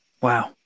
Wow